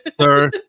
Sir